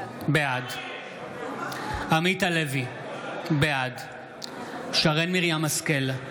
בעד עמית הלוי, בעד שרן מרים השכל,